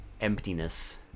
emptiness